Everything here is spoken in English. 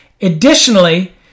Additionally